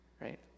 right